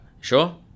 sure